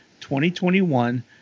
2021